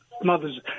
mother's